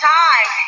time